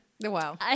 Wow